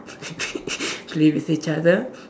play with each other